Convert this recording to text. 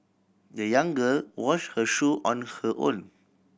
the young girl wash her shoe on her own